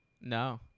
no